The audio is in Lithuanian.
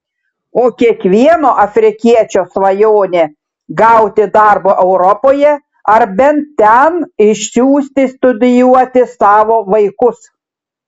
o kiekvieno afrikiečio svajonė gauti darbo europoje ar bent ten išsiųsti studijuoti savo vaikus